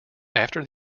after